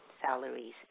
salaries